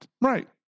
Right